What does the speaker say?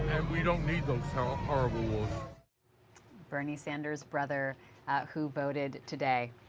we don't need those. so ah bernie sanders brother who voted today.